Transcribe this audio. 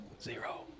Zero